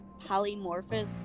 polymorphous